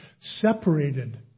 Separated